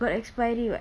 got expiry what